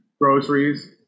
groceries